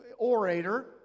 orator